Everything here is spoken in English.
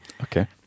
Okay